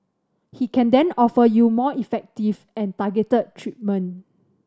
he can then offer you more effective and targeted treatment